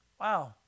Wow